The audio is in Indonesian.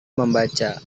membaca